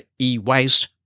e-waste